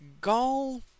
Gall